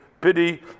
pity